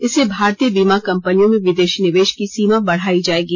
इससे भारतीय बीमा कंपनियों में विदेशी निवेश की सीमा बढ़ाई जाएगी